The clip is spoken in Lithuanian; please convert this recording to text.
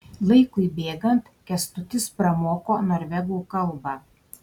laikui bėgant kęstutis pramoko norvegų kalbą